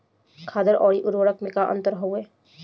खादर अवरी उर्वरक मैं का अंतर हवे?